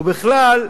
ובכלל,